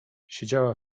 siedziała